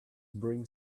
bring